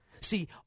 See